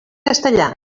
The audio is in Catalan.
castellà